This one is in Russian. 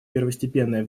первостепенное